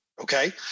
Okay